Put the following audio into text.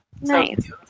Nice